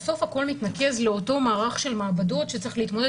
בסוף הכול מתנקז לאותו מערך של מעבדות שצריך להתמודד